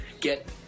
get